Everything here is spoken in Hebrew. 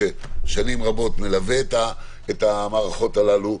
ששנים רבות מלווה את המערכות הללו,